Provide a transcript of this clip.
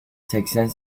seksen